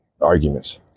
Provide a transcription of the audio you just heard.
arguments